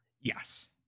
Yes